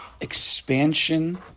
expansion